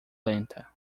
lenta